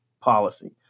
policy